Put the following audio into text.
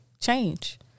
change